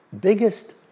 biggest